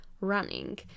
running